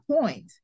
point